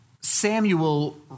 Samuel